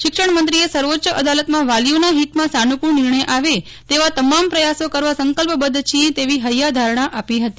શિક્ષણમંત્રીએ સર્વોચ્ચ અદાલતમાં વાલીઓના હિતમાં સાનુકૂળ નિર્ણય આવે તેવા તમામ પ્રયાસો કરવા સંકલ્પબદ્ધ છીએ તેવી હૈયાધારણા આપી હતી